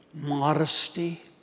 modesty